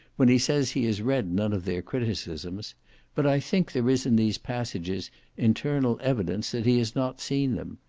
when he says he has read none of their criticisms but i think there is in these passages internal evidence that he has not seen them.